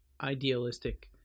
idealistic